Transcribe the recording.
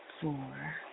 four